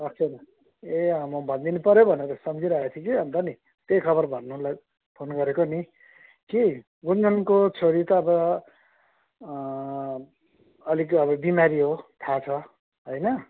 पाएको छैन ए अँ म भनिदिनु पऱ्यो भनेर सम्झिरहेको थिएँ कि अन्त नि त्यही खबर भन्नुलाई फोन गरेको नि कि गुन्जनको छोरी त अब अलिक अब बिमारी हो थाहा छ होइन